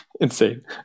insane